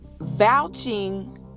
vouching